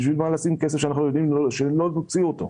בשבילך מה לשים כסף כשאנחנו יודעים שלא נוציא אותו?